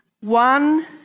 one